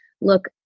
look